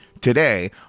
today